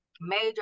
major